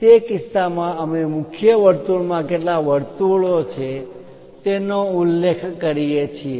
તે કિસ્સામાં અમે મુખ્ય વર્તુળમાં કેટલા વર્તુળો છે તેનો ઉલ્લેખ કરીએ છીએ